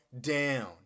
down